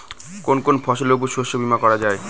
কোন কোন ফসলের উপর শস্য বীমা করা যায়?